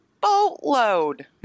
boatload